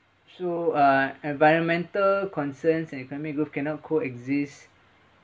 so uh environmental concerns and economic growth cannot coexist